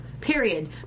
Period